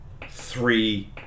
three